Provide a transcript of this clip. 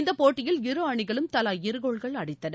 இந்த போட்டியில் இரு அணிகளும் தலா இரு கோல்கள் அடித்தன